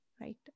right